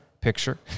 picture